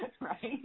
right